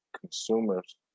consumers